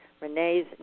Renee's